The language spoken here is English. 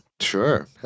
Sure